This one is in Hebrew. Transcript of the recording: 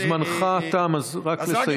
זמנך תם, אז רק לסיים.